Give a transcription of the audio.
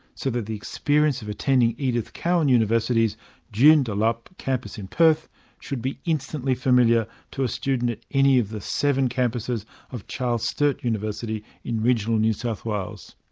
so that the experience of attending edith cowan university's joondalup campus in perth should be instantly familiar to a student at any of the seven campuses of charles sturt university in regional new south wales.